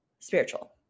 spiritual